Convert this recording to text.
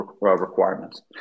requirements